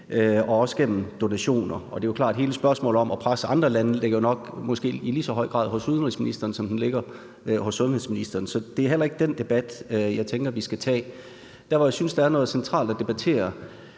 og også gennem donationer. Og det er klart, at hele spørgsmålet om at presse andre lande jo nok måske i lige så høj grad ligger hos udenrigsministeren, som den ligger hos sundhedsministeren. Så det er heller ikke den debat, jeg tænker vi skal tage. Der, hvor jeg synes, der er noget centralt at debattere,